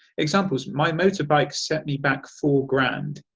examples my motorbike set me back four grand.